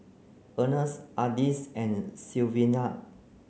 Ernst Ardis and Sylvania